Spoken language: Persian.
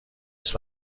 است